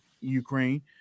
Ukraine